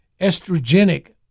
estrogenic